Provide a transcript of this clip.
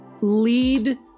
lead